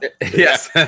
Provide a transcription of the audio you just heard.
yes